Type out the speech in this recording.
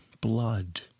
blood